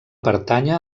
pertànyer